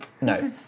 No